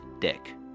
Dick